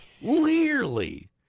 clearly